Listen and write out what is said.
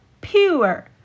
pure